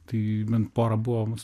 tai bent pora buvo mūsų